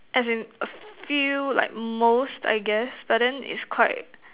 as in a few like most I guess but then it's quite